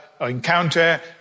encounter